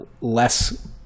less